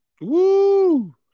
Woo